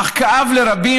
אך כאב לרבים,